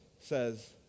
says